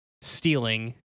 stealing